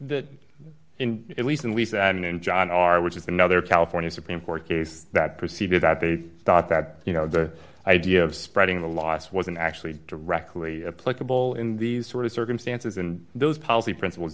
that in at least and we sat in john r which is another california supreme court case that preceded that they thought that you know the idea of spreading the loss wasn't actually directly applicable in these sort of circumstances and those policy princip